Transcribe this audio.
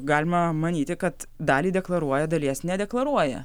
galima manyti kad dalį deklaruoja dalies nedeklaruoja